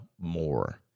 more